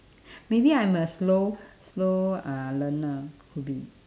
maybe I'm a slow slow uh learner could be